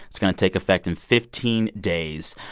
it's going to take effect in fifteen days.